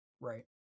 Right